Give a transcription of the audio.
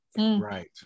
right